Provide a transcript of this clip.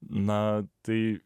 na tai